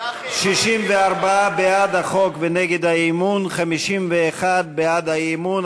64 בעד החוק ונגד האי-אמון, 51 בעד האי-אמון.